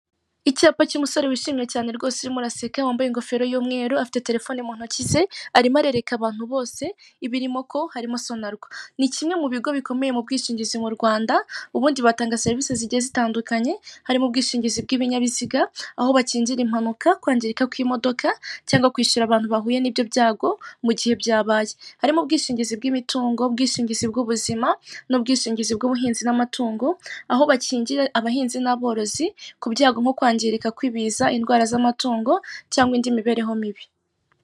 Icyapa cy'umusore wishimye cyane rwose urimo uraseka wambaye ingofero y'umweru afite telefoni mu ntoki ze, arimo arereka abantu bose ibirimo ko harimo Sonarwa. Ni kimwe mu bigo bikomeye mu bwishingizi mu Rwanda ubundi batanga serivisi zigiye zitandukanye harimo ubwishingizi bw'ibinyabiziga aho bakingira impanuka, kwangirika k'imodoka cyangwa kwishyura abantu bahuye n'ibyo byago, mu gihe byabaye. Harimo ubwishingizi bw'imitungo, ubwishingizi bw'ubuzima, n'ubwishingizi bw'ubuhinzi n'amatungo, aho bakingira abahinzi n'aborozi ku byago nko kwangirika kw'ibiza, indwara z'amatungo cyangwa indi mibereho mibi.